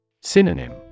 Synonym